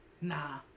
Nah